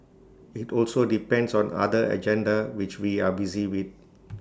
IT also depends on other agenda which we are busy with